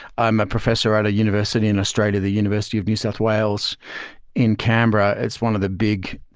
i'm a professor at a university in australia, the university of new south wales in canberra. it's one of the big,